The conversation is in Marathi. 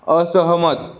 असहमत